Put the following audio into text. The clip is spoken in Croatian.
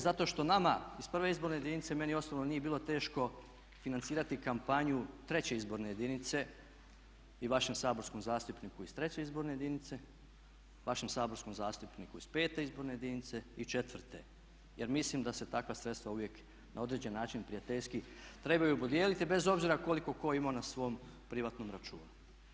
Zato što nama iz 1. izborne jedinice, meni osobno, nije bilo teško financirati kampanju 3. izborne jedinice i vašem saborskom zastupniku iz 3. izborne jedinice, vašem saborskom zastupniku iz 5. izborne jedinice i 4. Jer mislim da se takva sredstva uvijek na određeni način prijateljski trebaju podijeliti bez obzira koliko tko imao na svom privatnom računu.